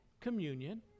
Communion